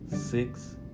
six